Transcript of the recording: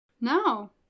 No